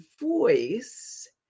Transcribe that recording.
voice